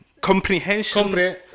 comprehension